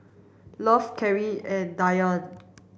Love Caryl and Diann